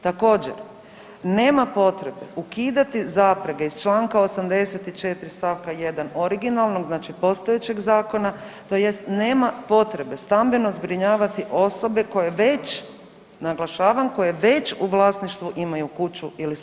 Također, nema potrebe ukidati zaprege iz čl. 84. st. 1. originalnog, znači postojećeg zakona tj. nema potrebe stambeno zbrinjavati osobe koje već, naglašavam, koje već u vlasništvu imaju kuću ili stan.